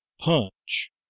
Punch